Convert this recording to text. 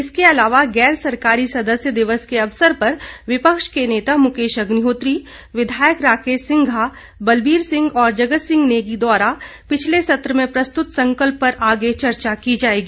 इसके अलावा गैर सरकारी सदस्य दिवस के अवसर पर विपक्ष के नेता मुकेश अग्निहोत्री विधायक राकेश सिंघा बलवीर सिंह और जगत सिंह नेगी द्वारा पिछले सत्र में प्रस्तुत संकल्प पर आगे चर्चा होगी